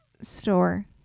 store